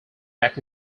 back